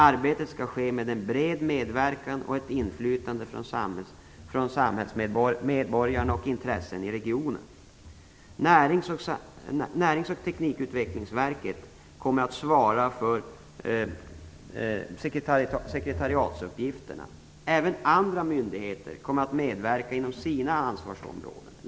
Arbetet skall ske med en bred medverkan och ett inflytande från medborgare och intressen i regionen. Närings och teknikutvecklingsverket kommer att svara för sekretariatsuppgifterna. Även andra myndigheter kommer att medverka inom sina ansvarsområden.